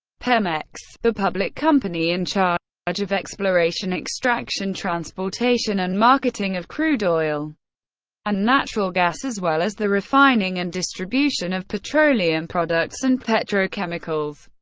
pemex, the public company in charge of exploration, extraction, transportation and marketing of crude oil and natural gas, as well as the refining and distribution of petroleum products and petrochemicals,